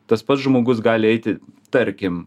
tas pats žmogus gali eiti tarkim